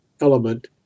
element